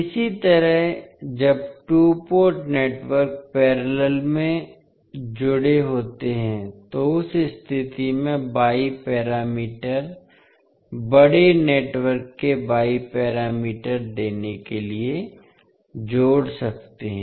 इसी तरह जब टू पोर्ट नेटवर्क पैरेलल में जुड़े होते हैं तो उस स्थिति में y पैरामीटर बड़े नेटवर्क के y पैरामीटर देने के लिए जोड़ सकते हैं